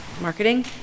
marketing